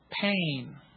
pain